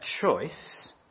choice